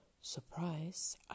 Surprise